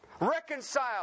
Reconcile